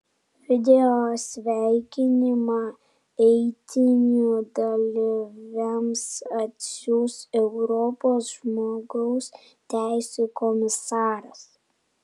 video sveikinimą eitynių dalyviams atsiųs europos žmogaus teisių komisaras